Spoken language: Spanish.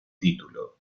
título